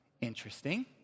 interesting